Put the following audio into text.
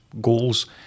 goals